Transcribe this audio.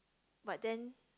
but then